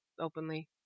openly